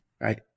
right